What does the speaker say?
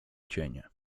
cienie